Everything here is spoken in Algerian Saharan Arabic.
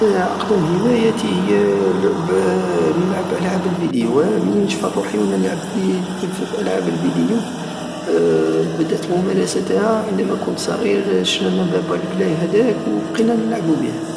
اناواقدم هوايتي هي لعب- نلعب العاب الفيديو ا مني نشفى لروحي وانا نلعب فلي- فالعاب الفيديو بدات ممارستها عندما كنت صغير شرالنا بابا البلاي هداك وبقينة نلعبو ببه